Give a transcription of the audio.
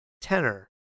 tenor